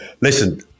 Listen